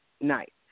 night